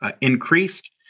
increased